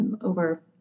over